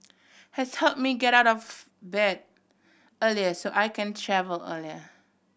has help me get out of bed earlier so I can travel earlier